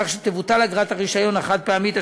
כך שתבוטל אגרת הרישיון החד-פעמית,